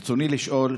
רצוני לשאול: